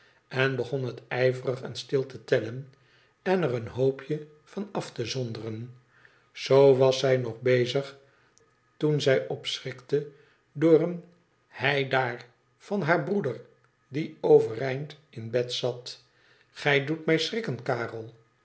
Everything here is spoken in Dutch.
en begon het ijverig en bül te tellen en er een hoopje van af te zonderen zoo was zij nog bezig toen zij opschrikte door een heidaar van haar broeder die overeind in bed zat gij doet mij schrikken karel